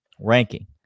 ranking